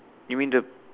you mean the